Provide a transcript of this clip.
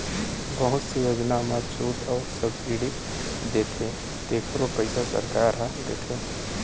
बहुत से योजना म छूट अउ सब्सिडी देथे तेखरो पइसा सरकार ह देथे